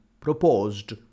proposed